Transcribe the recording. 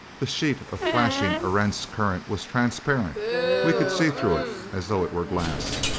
the sheet of flashing erentz current was transparent we could see through it as though it were glass.